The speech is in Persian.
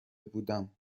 بودم